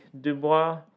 Dubois